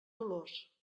dolors